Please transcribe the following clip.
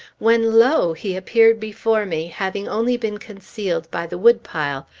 when lo! he appeared before me, having only been concealed by the wood-pile,